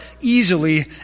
easily